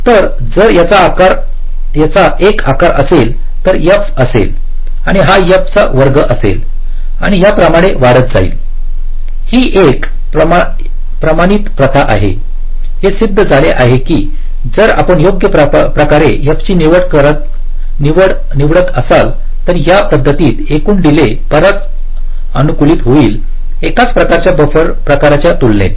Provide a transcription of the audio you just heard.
तर जर याचा 1 आकार असेल तर f असेल हा f चा वर्ग असेल आणि याप्रमाणे वाढत जाईल ही एक प्रमाणित प्रथा आहे हे सिद्ध झाले आहे की जर आपण योग्य प्रकारे f निवडत असाल तर या पद्धतीत एकूण डीले बराच अनुकूलित होईलएकाच प्रकारच्या बफर प्रकाराच्या तुलनेत